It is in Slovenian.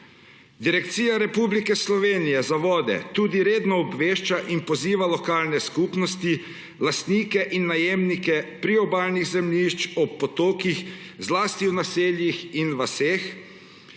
Direkcija Republike Slovenije za vode redno obvešča in poziva lokalne skupnosti, lastnike in najemnike priobalnih zemljišč ob potokih, zlasti v naseljih in vaseh